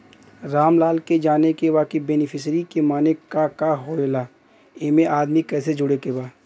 रामलाल के जाने के बा की बेनिफिसरी के माने का का होए ला एमे आदमी कैसे जोड़े के बा?